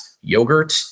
yogurt